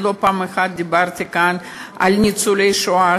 לא פעם אחת דיברתי כאן על ניצולי השואה,